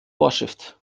vorschrift